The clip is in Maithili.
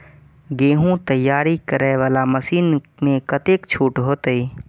गेहूं तैयारी करे वाला मशीन में कतेक छूट होते?